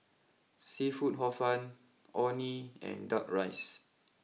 Seafood Hor fun Orh Nee and Duck Rice